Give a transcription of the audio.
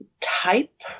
type